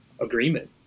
agreement